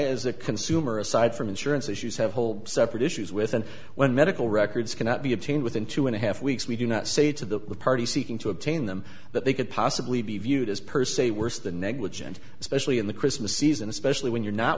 consumer aside from insurance issues have whole separate issues with and when medical records cannot be obtained within two and a half weeks we do not say to the party seeking to obtain them that they could possibly be viewed as per se worse than negligent especially in the christmas season especially when you're not